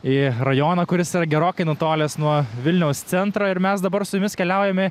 į rajoną kuris yra gerokai nutolęs nuo vilniaus centro ir mes dabar su jumis keliaujame